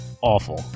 awful